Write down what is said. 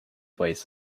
weighs